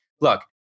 Look